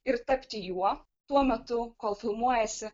ir tapti juo tuo metu kol filmuojasi